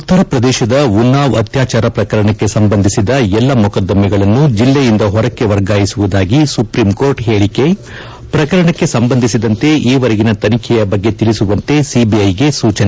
ಉತ್ತರ ಪ್ರದೇಶದ ಉನಾವ್ ಅತ್ಯಾಚಾರ ಪ್ರಕರಣಕ್ಕೆ ಸಂಬಂಧಿಸಿದ ಎಲ್ಲಾ ಮೊಕದ್ದಮೆಗಳನ್ನು ಜಿಲ್ಲೆಯಿಂದ ಹೊರಕ್ಕೆ ವರ್ಗಾಯಿಸುವುದಾಗಿ ಸುಪ್ರೀಂಕೋರ್ಟ್ ಹೇಳಿಕೆ ಪ್ರಕರಣಕ್ಕೆ ಸಂಬಂಧಿಸಿದಂತೆ ಈವರೆಗಿನ ತನಿಖೆಯ ಬಗ್ಗೆ ತಿಳಿಸುವಂತೆ ಸಿಬಿಐಗೆ ಸೂಚನೆ